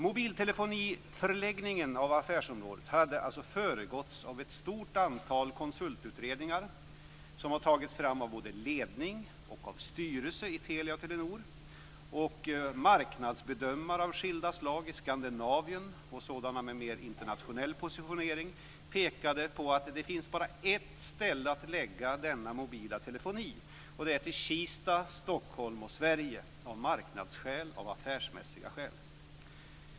Mobiltelefoniförläggningen av affärsområdet hade alltså föregåtts av ett stort antal konsultutredningar som tagits fram av både ledning och styrelse i Telia och Telenor. Marknadsbedömare av skilda slag i Skandinavien och sådana med mer internationell positionering pekade på att det bara fanns ett ställe att förlägga denna mobila telefoni till och det var Kista, Stockholm och Sverige, av marknadsskäl, av affärsmässiga skäl.